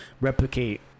replicate